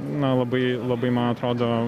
na labai labai man atrodo